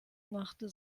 machte